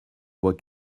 voix